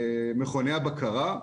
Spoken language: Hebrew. למכוני הבקרה,